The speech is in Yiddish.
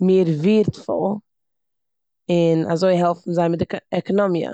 מער ווערטפול און אזוי העלפן זיי מיט די ק- עקאנאמיע.